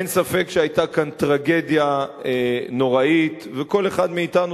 אין ספק שהיתה כאן טרגדיה נוראית וכל אחד מאתנו